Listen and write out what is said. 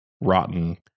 rotten